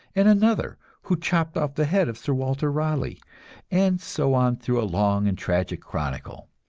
and another who chopped off the head of sir walter raleigh and so on through a long and tragic chronicle.